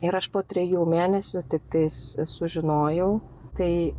ir aš po trijų mėnesių tiktais sužinojau tai